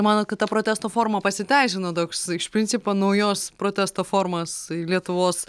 manot kad ta protesto forma pasiteisino toks iš principo naujos protesto formos lietuvos